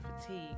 fatigue